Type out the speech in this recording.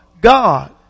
God